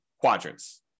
quadrants